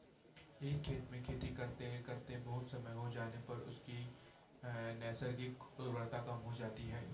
एक खेत में खेती करते करते बहुत समय हो जाने पर उसकी नैसर्गिक उर्वरता कम हो जाती है